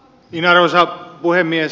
arvoisa puhemies